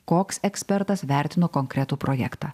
koks ekspertas vertino konkretų projektą